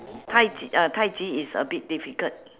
tai chi ah tai chi is a bit difficult